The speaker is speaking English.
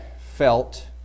felt